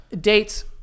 Dates